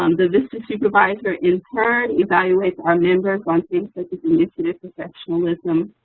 um the vista supervisor in turn evaluates our members on things such as initiative, exceptionalism,